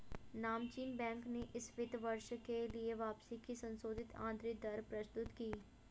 नामचीन बैंक ने इस वित्त वर्ष के लिए वापसी की संशोधित आंतरिक दर प्रस्तुत की